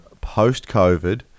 post-COVID